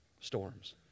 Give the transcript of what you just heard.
storms